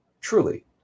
Truly